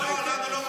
לנו לא קשה.